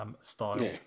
style